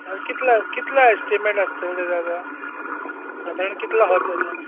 सारकें कितलो कितलो एस्टीमेट आसतले तेचे आतां साधारण कितलो खर्च येतलो